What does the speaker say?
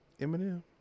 eminem